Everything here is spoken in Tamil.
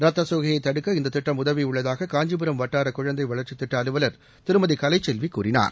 ரத்த சோகையைத் தடுக்க இந்த திட்டம் உதவியுள்ளதாக காஞ்சிபுரம் வட்டார குழந்தை வளர்ச்சி திட்ட அலுவலர் திருமதி கலைச்செல்வி கூறினார்